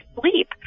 sleep